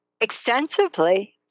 extensively